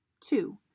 Two